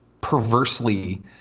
perversely